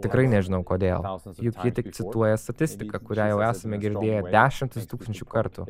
tikrai nežinau kodėl juk ji tik cituoja statistiką kurią jau esame girdėję dešimtis tūkstančių kartų